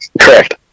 Correct